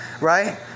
Right